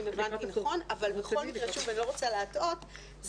אבל אני לא רוצה להטעות,